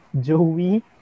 Joey